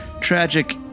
tragic